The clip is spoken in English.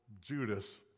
Judas